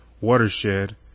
watershed